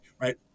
right